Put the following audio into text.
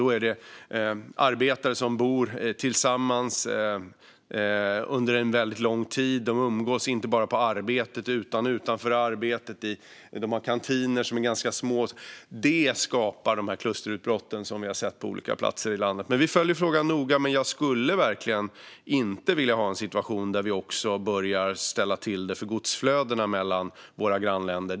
Det är arbetare som bor tillsammans under en väldigt lång tid. De umgås inte bara på arbetet utan även utanför arbetet, och de har kantiner som är ganska små. Det är sådant som skapar de här klusterutbrotten som vi har sett på olika platser i landet. Vi följer frågan noga, men jag skulle verkligen inte vilja ha en situation där vi börjar ställa till det också för godsflödena mellan våra grannländer.